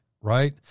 right